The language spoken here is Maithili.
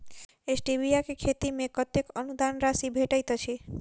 स्टीबिया केँ खेती मे कतेक अनुदान राशि भेटैत अछि?